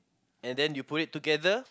and then you put it together